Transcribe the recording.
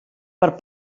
per